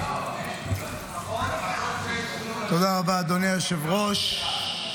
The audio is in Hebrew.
תודה רבה, אדוני היושב-ראש.